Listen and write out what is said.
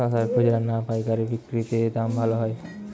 শশার খুচরা না পায়কারী বিক্রি তে দাম ভালো হয়?